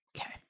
Okay